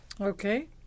Okay